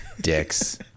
dicks